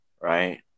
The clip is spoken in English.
right